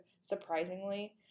surprisingly